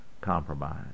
Compromise